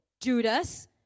Judas